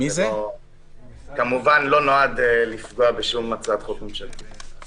זה כמובן לא נועד לפגוע בשום הצעת חוק ממשלתית.